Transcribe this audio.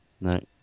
No